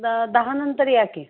the दहा नंतर या की